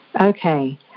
Okay